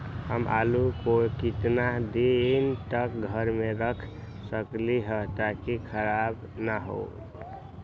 हम आलु को कितना दिन तक घर मे रख सकली ह ताकि खराब न होई?